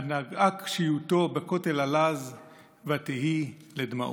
/ עד נגעה קשיותו בכותל הלז / ותהי לדמעות.